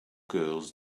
girls